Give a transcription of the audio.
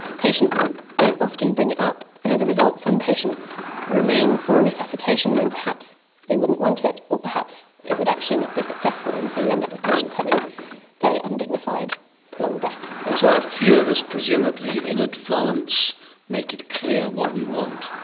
patients don't often bring it up, and as a result some patients remain for resuscitation when perhaps they wouldn't want it or perhaps it would not be successful. and so you end up with patients having very undignified, prolonged deaths. and so a few of us presumably in advance make it clear what we want.